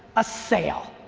a sale,